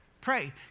pray